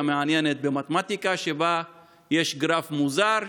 מעניינת במתמטיקה שבה יש גרף מוזר,